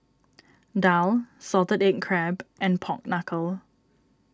Daal Salted Egg Crab and Pork Knuckle